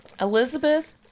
Elizabeth